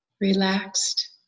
relaxed